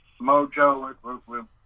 mojo